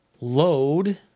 load